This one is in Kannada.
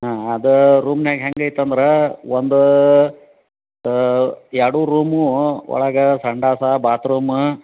ಹಾಂ ಅದು ರೂಮ್ನ್ಯಾಗ ಹ್ಯಾಂಗೆ ಐತೆ ಅಂದ್ರೆ ಒಂದು ಎರಡೂ ರೂಮು ಒಳಗೆ ಸಂಡಾಸು ಬಾತ್ರೂಮ